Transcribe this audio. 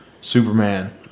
Superman